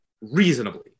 reasonably